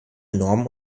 normen